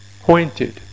pointed